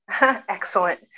Excellent